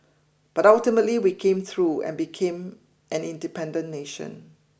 but ultimately we came through and became an independent nation